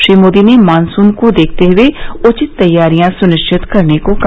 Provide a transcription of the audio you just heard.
श्री मोदी ने मॉनसुन को देखते हए उचित तैयारियां सुनिश्चित करने को कहा